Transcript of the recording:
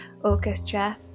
orchestra